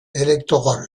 électoral